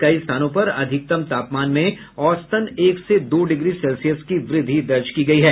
कई स्थानों पर अधिकतम तापमान में औसतन एक से दो डिग्री सेल्सियस की वृद्धि दर्ज की गयी है